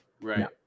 Right